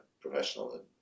professional